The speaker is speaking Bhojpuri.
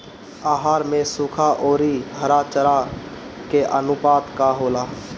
आहार में सुखा औरी हरा चारा के आनुपात का होला?